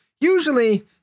usually